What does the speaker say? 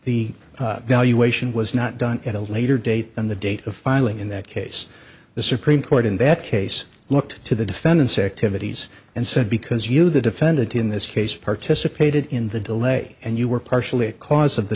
the valuation was not done at a later date than the date of filing in that case the supreme court in that case looked to the defendant's activities and said because you the defendant in this case participated in the delay and you were partially cause of the